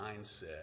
mindset